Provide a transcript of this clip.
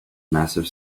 massive